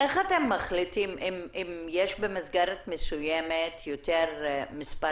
איך אתם מחליטים אם במסגרת מסוימת יש מספר